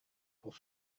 pour